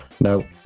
no